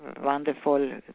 wonderful